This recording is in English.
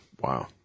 Wow